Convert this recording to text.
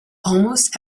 almost